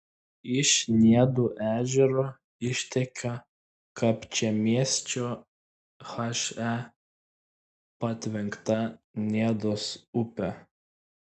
iš niedų ežero išteka kapčiamiesčio he patvenkta niedos upė